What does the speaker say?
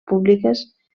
públiques